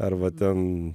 ar va ten